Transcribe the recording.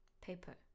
Paper